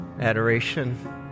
adoration